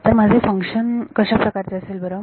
तर माझे हे फंक्शन कशाप्रकारचे असेल बरं